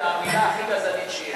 "השד העדתי" זה המלה הכי גזענית שיש.